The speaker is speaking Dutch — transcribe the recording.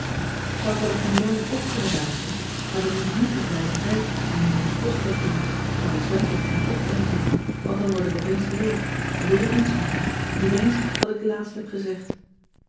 ik zou t wel op een dreun op kunnen daveren maar dan moet ik niet tegelijkertijd aan jaaps postpapier of aan het zwempak van pop denken want dan word ik opeens leeg en weet ik niets meer niet eens wat ik het laatst heb gezegd